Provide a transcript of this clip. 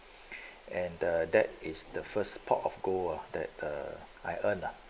and the that is the first pot of gold that the I earn lah